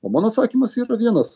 o mano atsakymas yra vienas